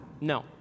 No